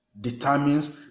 determines